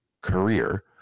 career